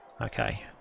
Okay